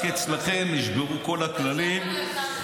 רק אצלכם נשברו כל הכללים, אז למה לא הקמתם?